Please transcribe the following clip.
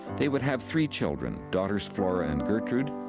they would have three children, daughters flora and gertrude,